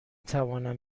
توانم